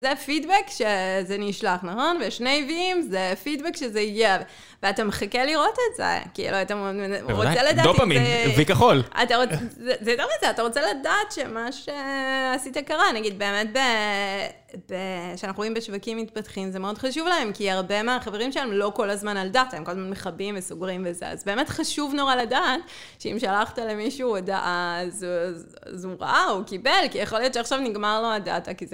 זה פידבק שזה נשלח, נכון? ושני ויים, זה פידבק שזה הגיע. ואתה מחכה לראות את זה, כאילו, אתה רוצה לדעת שזה... בודאי, דופאמין, וי כחול. זה לא רק זה, אתה רוצה לדעת שמה שעשית קרה, נגיד באמת, שאנחנו רואים בשווקים מתפתחים, זה מאוד חשוב להם, כי הרבה מהחברים שלהם לא כל הזמן על דאטה, הם כל הזמן מכבים וסוגרים וזה, אז באמת חשוב נורא לדעת שאם שלחת למישהו הודעה אז הוא רעה, הוא קיבל, כי יכול להיות שעכשיו נגמר לו הדאטה, כי זה...